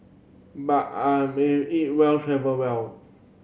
but I eat well travel well